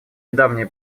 недавнее